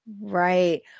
Right